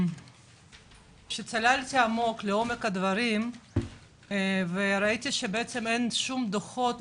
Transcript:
כשצללתי לעומק הדברים ראיתי שאין שום דוחות,